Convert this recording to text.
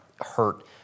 hurt